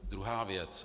Druhá věc.